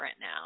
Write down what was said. now